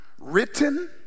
Written